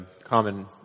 common